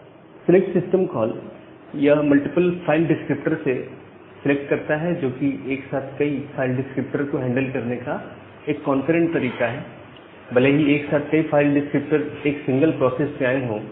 select system call यह multiple file descriptor से select करता है जो कि एक साथ कई फाइल डिस्क्रिप्टर को हैंडल करने का एक कॉन्करेंट तरीका है भले ही एक साथ कई फाइल डिस्क्रिप्टर एक सिंगल प्रोसेस से आए हो